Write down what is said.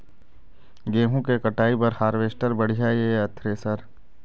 गेहूं के कटाई बर हारवेस्टर बढ़िया ये या थ्रेसर?